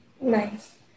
Nice